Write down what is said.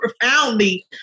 profoundly